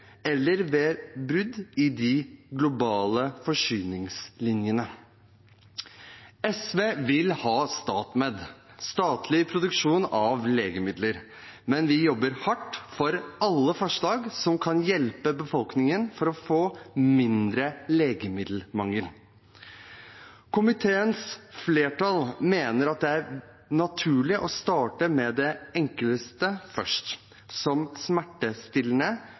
eller ved brudd i de globale forsyningslinjene. SV vil ha StatMed, statlig produksjon av legemidler, men vi jobber hardt for alle forslag som kan hjelpe befolkningen med å få mindre legemiddelmangel. Komiteens flertall mener det er naturlig å starte med det enkleste først, som smertestillende,